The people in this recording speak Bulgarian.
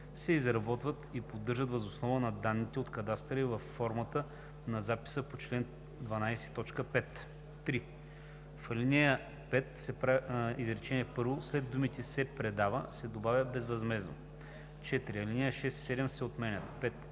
се изработват и поддържат въз основа на данните от кадастъра и във формата на записа по чл. 12, т. 5.“ 3. В ал. 5 в изречение първо след думите „се предава“ се добавя „безвъзмездно“. 4. Алинеи 6 и 7 се отменят. 5.